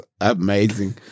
amazing